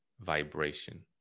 vibration